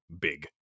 big